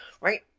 right